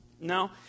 no